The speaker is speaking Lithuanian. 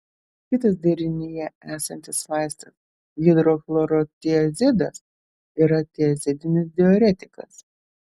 kitas derinyje esantis vaistas hidrochlorotiazidas yra tiazidinis diuretikas